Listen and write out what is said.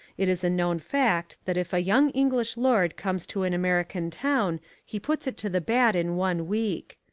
it is a known fact that if a young english lord comes to an american town he puts it to the bad in one week.